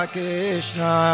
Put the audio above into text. Krishna